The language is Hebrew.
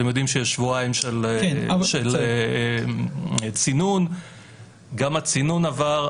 אתם יודעים שיש שבועיים של צינון אבל גם הצינון עבר.